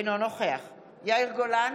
אינו נוכח יאיר גולן,